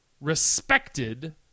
respected